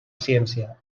ciència